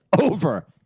over